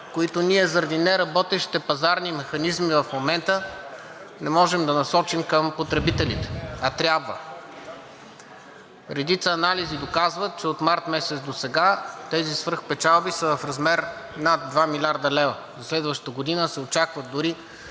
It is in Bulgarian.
които ние заради неработещите пазарни механизми в момента не можем да насочим към потребителите. А трябва! Редица анализи доказват, че от месец март досега тези свръхпечалби са в размер над 2 млрд. лв., за следващата година се очаква дори